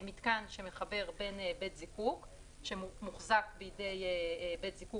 מתקן שמחבר בין בית זיקוק שמוחזק בידי בית זיקוק